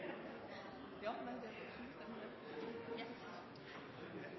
ja, det er det, men det er det